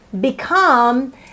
become